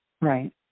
right